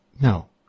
No